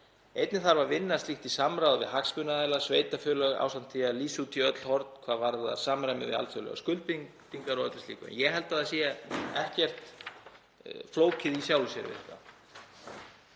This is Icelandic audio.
Einnig þarf að vinna slíkt í samráði við hagsmunaaðila og sveitarfélög, ásamt því að lýsa út í öll horn hvað varðar samræmi við alþjóðlegar skuldbindingar og allt slíkt. En ég held að það sé ekkert flókið í sjálfu sér við þetta.